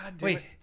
wait